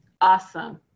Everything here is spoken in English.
Awesome